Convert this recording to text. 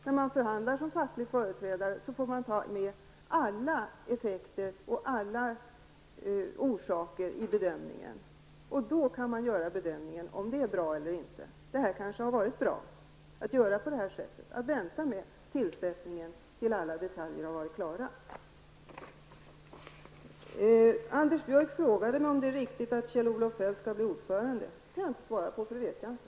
När man förhandlar som facklig företrädare får man ta med alla effekter och alla orsaker i bedömningen. Då kan man göra bedömningen om det är bra eller inte. Det har kanske varit bra att göra på det här sättet och vänta med tillsättningen till dess alla detaljer har varit klara. Anders Björck frågade mig om det är riktigt att Kjell-Olof Feldt skall bli ordförande. Det kan jag inte svara på. Det vet jag inte.